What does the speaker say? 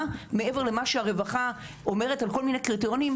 מעבר למה שהרווחה אומרת על כל מיני קריטריונים,